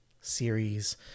series